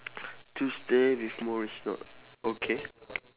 tuesday with morrie no okay